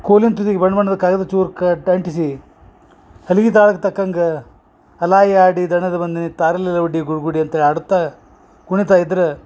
ಕೋಲಿನ ತುದಿಗ ಬಣ್ಣ ಬಣ್ಣದ ಕಾಗದ ಚೂರು ಕಟ್ ಅಂಟಿಸಿ ಹಲಗಿ ತಾಳಗ ತಕ್ಕಂಗ ಹಲಾಯಾಡಿ ದಣದ ಬಂದಿನಿ ತಾರಲೆಲೆ ಒಡ್ಡಿ ಗುಡ ಗುಡಿ ಅಂತೆ ಆಡುತ್ತಾ ಕುಣಿತಾ ಇದ್ರ